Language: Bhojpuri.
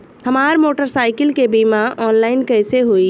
हमार मोटर साईकीलके बीमा ऑनलाइन कैसे होई?